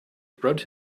rubbed